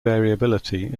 variability